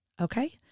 Okay